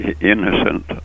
innocent